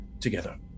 together